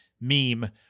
meme